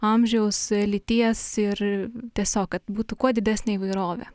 amžiaus lyties ir tiesiog kad būtų kuo didesnė įvairovė